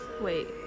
wait